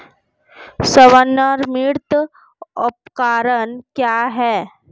स्वनिर्मित उपकरण क्या है?